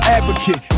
Advocate